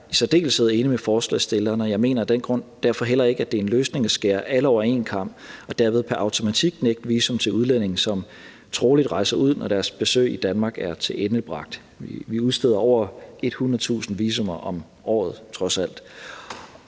er jeg i særdeleshed enig med forslagsstillerne, og jeg mener af den grund derfor heller ikke, at det er en løsning at skære alle over én kam og derved pr. automatik nægte visum til udlændinge, som troligt rejser ud, når deres besøg i Danmark er tilendebragt. Vi udsteder trods alt over 100.000 visa om året.